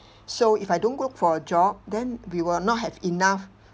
so if I don't go look for a job then we will not have enough